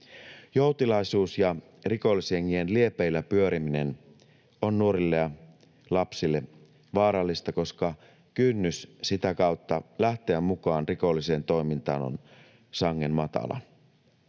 Joutilaisuus ja rikollisjengien liepeillä pyöriminen on nuorille ja lapsille vaarallista, koska kynnys sitä kautta lähteä mukaan rikolliseen toimintaan on sangen matala.